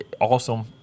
Awesome